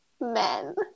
men